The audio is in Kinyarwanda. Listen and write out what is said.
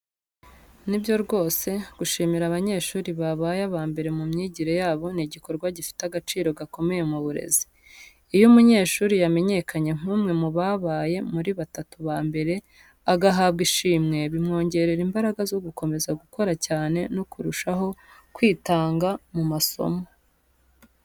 Ni byo rwose, gushimira abanyeshuri babaye aba mbere mu myigire yabo ni igikorwa gifite agaciro gakomeye mu burezi. Iyo umunyeshuri yamenyekanye nk’umwe mu babaye muri batatu ba mbere, agahabwa ishimwe, bimwongerera imbaraga zo gukomeza gukora cyane no kurushaho kwitanga mu masomo.